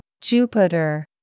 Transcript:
Jupiter